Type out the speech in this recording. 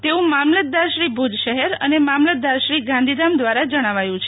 તેવું મામલતદારશ્રી ભુજ શહેર અને મામલતદારશ્રી ગાંધીધામ દ્વારા દ્વારા જણાવાયું છે